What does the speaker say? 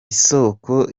isoko